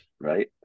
Right